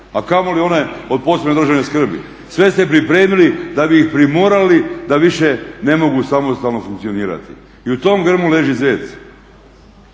a kamoli one od posebne državne skrbi. Sve ste pripremili da bi ih primorali da više ne mogu samostalno funkcionirati i u tom grmu leži zec.